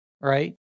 right